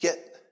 get